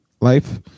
life